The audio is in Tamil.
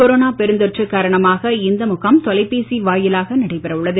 கொரோனா பெருந்தொற்று காரணமாக இந்த முகாம் தொலைபேசி வாயிலாக நடைபெற உள்ளது